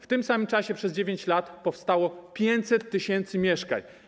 W tym samym czasie przez 9 lat powstało 500 tys. mieszkań.